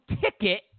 ticket